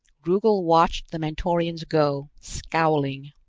rugel watched the mentorians go, scowling.